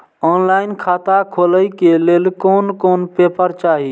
Online खाता खोले के लेल कोन कोन पेपर चाही?